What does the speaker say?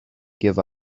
give